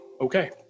Okay